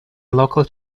local